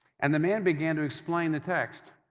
and the man began to explain the text,